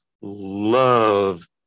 love